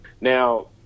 Now